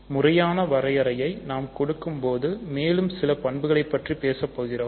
முறையான வரையறையை நாம் கொடுக்கும் போது மேலும் சில பண்புகளைப் பற்றி பேசப்போகிறோம்